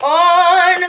on